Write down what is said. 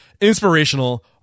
inspirational